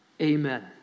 Amen